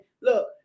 Look